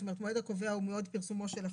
המועד הקובע הוא מועד פרסומו של החוק.